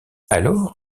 alors